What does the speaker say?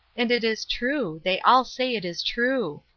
and it is true they all say it is true.